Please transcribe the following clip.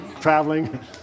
traveling